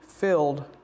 filled